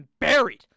buried